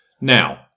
Now